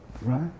Right